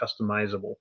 customizable